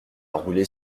roulé